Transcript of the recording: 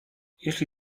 jeśli